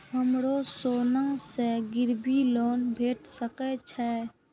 हमरो सोना से गिरबी लोन भेट सके छे?